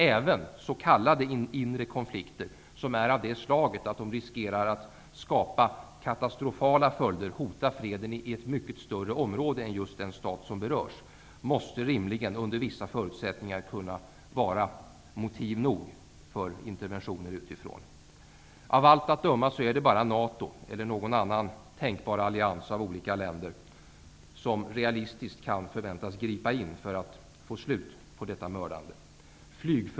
Även s.k. inre konflikter som är av det slaget att de riskerar att skapa katastrofala följder och hota freden i ett mycket större område än just den stat som berörs måste rimligen under vissa förutsättningar kunna motivera interventioner utifrån. Av allt att döma är det bara NATO eller någon annan tänkbar allians av olika länder som realistiskt kan förväntas gripa in för att få slut på detta mördande.